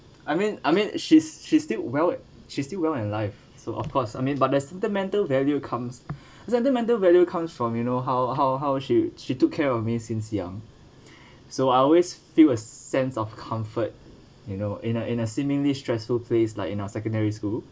I mean I mean she's she's still well she's still well in life so of course I mean but their sentimental value comes sentimental value comes from you know how how how she she took care of me since young so I always feel a sense of comfort you know in a in a seemingly stressful place like in our secondary school